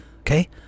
okay